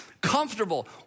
comfortable